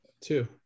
two